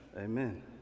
Amen